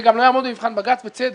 זה גם לא יעמוד במבחן בג"ץ, בצדק.